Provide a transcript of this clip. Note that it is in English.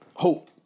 Hope